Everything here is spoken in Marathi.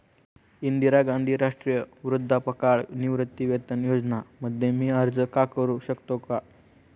इंदिरा गांधी राष्ट्रीय वृद्धापकाळ निवृत्तीवेतन योजना मध्ये मी अर्ज का करू शकतो का?